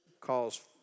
calls